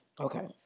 Okay